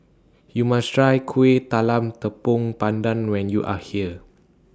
YOU must Try Kueh Talam Tepong Pandan when YOU Are here